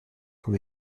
son